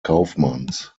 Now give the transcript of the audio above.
kaufmanns